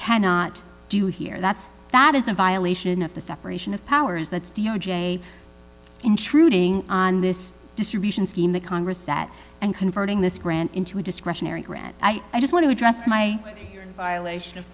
cannot do here that's that is a violation of the separation of powers that's d o j intruding on this distribution scheme that congress set and converting this grant into a discretionary grant i just want to address my violation of